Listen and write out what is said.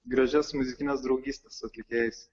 gražias muzikines draugystes su atlikėjais